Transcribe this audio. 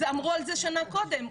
אמרו על זה שנה קודם.